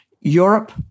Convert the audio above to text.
Europe